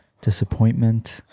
disappointment